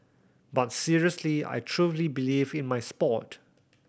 but seriously I truly believe in my sport